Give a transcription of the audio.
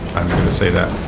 going to say that.